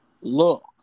look